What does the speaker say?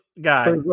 guy